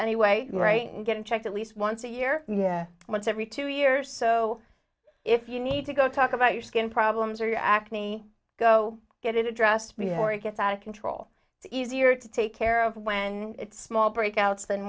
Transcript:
anyway right and get it checked at least once a year once every two years so if you need to go talk about your skin problems or your acne go get it addressed before it gets out of control easier to take care of when it's small breakouts th